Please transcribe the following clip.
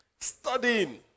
Studying